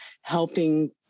helping